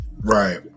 right